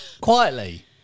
Quietly